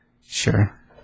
Sure